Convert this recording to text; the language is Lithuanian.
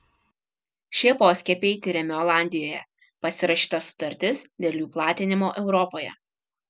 šie poskiepiai tiriami olandijoje pasirašyta sutartis dėl jų platinimo europoje